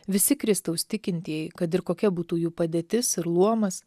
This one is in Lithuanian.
visi kristaus tikintieji kad ir kokia būtų jų padėtis ir luomas